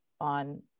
on